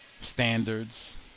standards